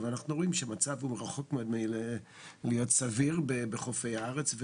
אבל אנחנו רואים שהמצב הוא רחוק מאוד מלהיות סביר בחופי הארץ,